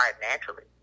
naturally